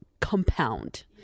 compound